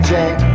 Jack